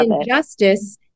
injustice